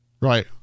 Right